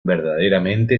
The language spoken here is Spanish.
verdaderamente